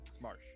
Marsh